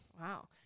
Wow